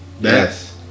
Yes